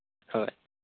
ꯍꯣꯏ